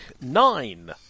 Nine